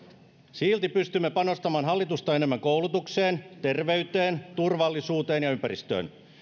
silti pystymme panostamaan hallitusta enemmän koulutukseen terveyteen turvallisuuteen ja ympäristöön